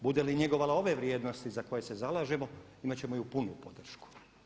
Bude li njegovala ove vrijednosti za koje se zalažemo imati će moju punu podršku.